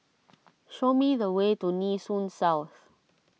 show me the way to Nee Soon South